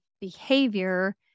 behavior